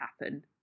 happen